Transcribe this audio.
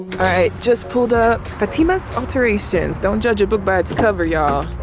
just pulled up the talimas alterations. don't judge a book by its cover y'all.